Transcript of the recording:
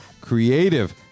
creative